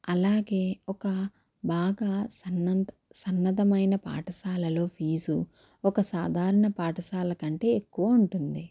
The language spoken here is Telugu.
అలాగే ఒక బాగా సన్నద్ సున్నద్ధమైన పాఠశాలలో ఫీజు ఒక సాధారణ పాఠశాల కంటే ఎక్కువ ఉంటుంది